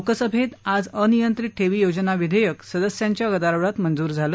लोकसभेत आज अनियंत्रित ठेवी योजना विधेयक सदस्यांच्या गदारोळात मंजूर झालं